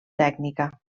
tècnica